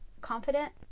confident